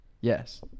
Yes